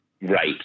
right